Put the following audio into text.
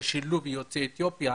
לשילוב יוצאי אתיופיה